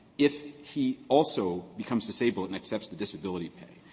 if he also becomes disabled and accepts the disability pay.